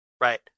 right